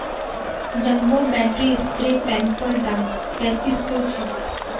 jumbo battery spray पंपैर दाम पैंतीस सौ छे